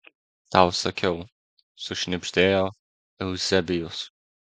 tau sakiau sušnibždėjo euzebijus